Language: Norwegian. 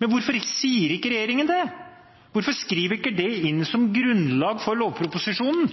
Men hvorfor sier ikke regjeringen det? Hvorfor skriver man ikke det inn som et grunnlag for lovproposisjonen,